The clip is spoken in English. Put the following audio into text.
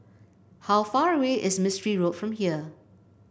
how far away is Mistri Road from here